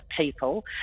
people